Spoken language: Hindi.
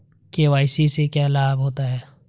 के.वाई.सी से क्या लाभ होता है?